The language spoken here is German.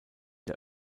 der